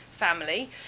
family